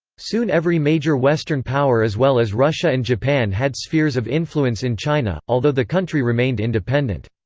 soon every major western power as well as russia and japan had spheres of influence in china, although the country remained independent.